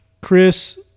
Chris